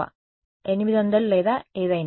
1000 కంటే తక్కువ 800 లేదా ఏదైనా